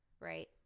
right